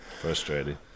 Frustrated